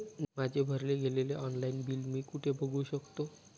माझे भरले गेलेले ऑनलाईन बिल मी कुठे बघू शकतो?